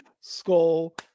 skull